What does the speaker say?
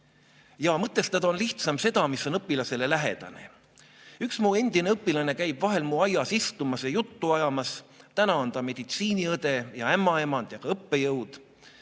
Ja mõtestada on lihtsam seda, mis on õpilasele lähedane. Üks mu endine õpilane käib vahel mu aias istumas ja juttu ajamas. Täna on ta meditsiiniõde ja ämmaemand ja ka õppejõud.